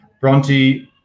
Bronte